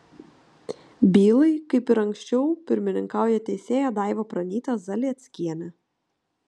bylai kaip ir anksčiau pirmininkauja teisėja daiva pranytė zalieckienė